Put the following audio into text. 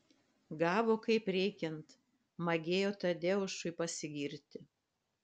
gavo kaip reikiant magėjo tadeušui pasigirti